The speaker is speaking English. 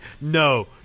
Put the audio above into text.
no